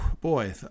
boy